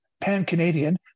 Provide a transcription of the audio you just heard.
pan-Canadian